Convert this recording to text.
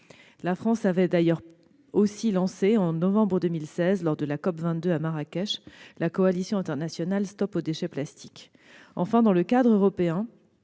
La France a par ailleurs lancé, au mois de novembre 2016, lors de la COP 22 à Marrakech, la coalition internationale « Stop aux déchets plastiques ». Enfin, dans le cadre européen,